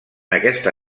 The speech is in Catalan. aquesta